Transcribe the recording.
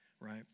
right